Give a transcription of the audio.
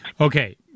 Okay